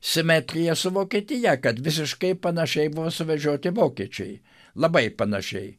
simetrija su vokietija kad visiškai panašiai buvo suvedžioti vokiečiai labai panašiai